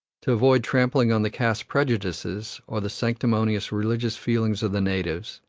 to avoid trampling on the caste prejudices, or the sanctimonious religious feelings of the natives,